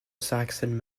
saxon